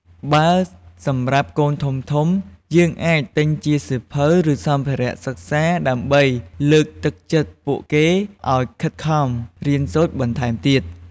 បើ សម្រាប់កូនធំៗ យើងអាចទិញជាសៀវភៅ ឬសម្ភារៈសិក្សាដើម្បីលើកទឹកចិត្តពួកគេឲ្យខិតខំរៀនសូត្របន្ថែមទៀត។